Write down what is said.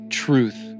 truth